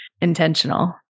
intentional